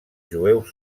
jueus